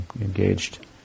engaged